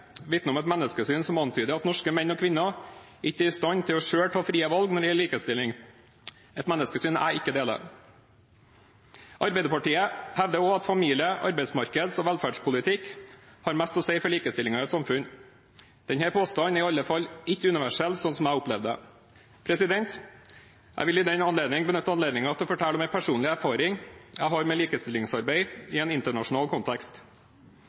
vitner om et menneskesyn som antyder at norske menn og kvinner ikke er i stand til selv å ta frie valg når det gjelder likestilling – et menneskesyn jeg ikke deler. Arbeiderpartiet hevder også at familie-, arbeidsmarkeds- og velferdspolitikk har mest å si for likestillingen i et samfunn. Denne påstanden er i alle fall ikke universell, slik jeg opplever det. Jeg vil i den anledning benytte muligheten til å fortelle om en personlig erfaring jeg har med likestillingsarbeid i en internasjonal kontekst.